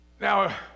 now